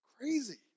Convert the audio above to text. crazy